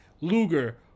Luger